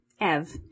Ev